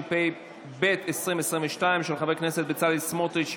התשפ"ב 2022, של חבר הכנסת בצלאל סמוטריץ',